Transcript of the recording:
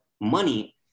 money